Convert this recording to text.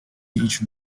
each